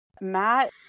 Matt